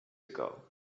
ago